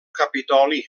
capitoli